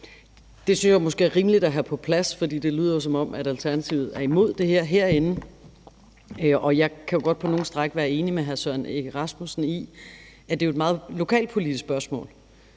Det synes jeg måske er rimeligt at have på plads, for det lyder jo, som om Alternativet er imod det her herinde. Jeg kan jo godt på nogle stræk være enig med hr. Søren Egge Rasmussen i, at det her er et meget lokalpolitisk spørgsmål,